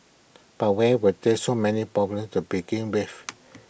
but why were there so many problems to begin with